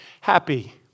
happy